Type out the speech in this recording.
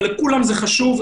אבל לכולם היא חשובה,